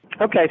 Okay